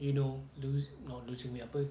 you know lose not losing weight apa